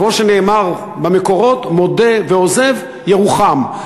כמו שנאמר במקורות: מודה ועוזב ירוחם.